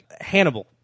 Hannibal